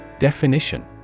Definition